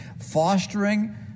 fostering